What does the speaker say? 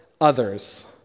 others